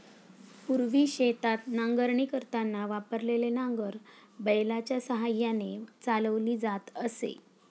पूर्वी शेतात नांगरणी करताना वापरलेले नांगर बैलाच्या साहाय्याने चालवली जात असे